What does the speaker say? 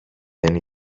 δεν